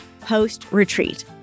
Post-retreat